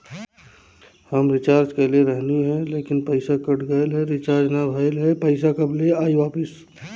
हम रीचार्ज कईले रहनी ह लेकिन पईसा कट गएल ह रीचार्ज ना भइल ह और पईसा कब ले आईवापस?